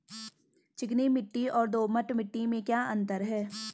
चिकनी मिट्टी और दोमट मिट्टी में क्या अंतर है?